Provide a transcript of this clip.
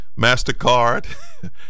MasterCard